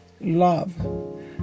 love